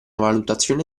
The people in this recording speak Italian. valutazione